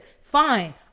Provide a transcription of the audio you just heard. fine